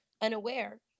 unaware